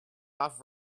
off